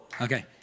Okay